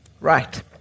Right